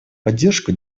поддержку